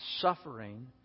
suffering